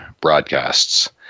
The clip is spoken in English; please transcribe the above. broadcasts